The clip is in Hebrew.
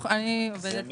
לא נסיים